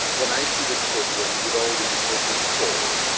when i see the children with all these open sores,